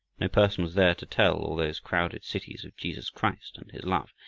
no person was there to tell all those crowded cities of jesus christ and his love.